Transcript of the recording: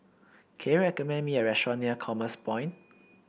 can you recommend me a restaurant near Commerce Point